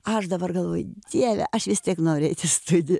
aš dabar galvoju dieve aš vis tiek norėčiau studi